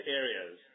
areas